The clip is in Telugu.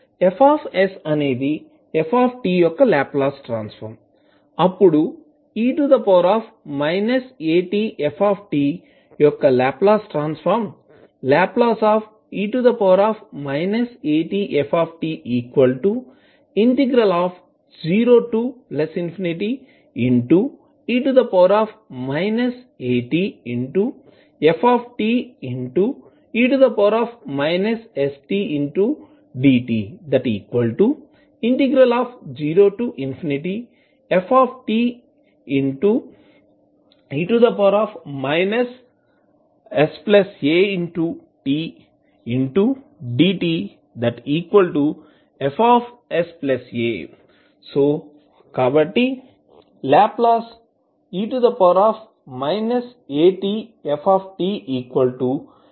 F అనేది f యొక్క లాప్లాస్ ట్రాన్సఫర్మ్ అప్పుడు e atf యొక్క Laplace transform Le atf0e atfte stdt0fe satdtFsa Le atf Fsa అవుతుంది